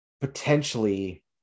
Potentially